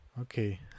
okay